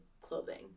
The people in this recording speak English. clothing